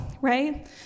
right